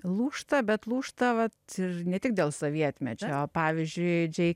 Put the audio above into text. lūžta bet lūžta vat ir ne tik dėl sovietmečio o pavyzdžiui džei